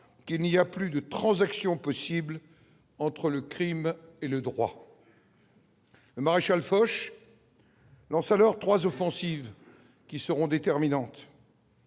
qu'il n'y a plus de transactions possibles entre le Crime et le droit. Maréchal Foch lance alors 3 offensives qui seront déterminantes.